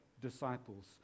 disciples